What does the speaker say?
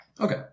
Okay